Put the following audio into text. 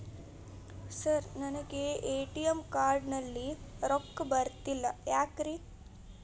Sir ನನಗೆ ATM card ನಲ್ಲಿ ರೊಕ್ಕ ಬರತಿಲ್ಲ ಯಾಕ್ರೇ?